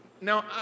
Now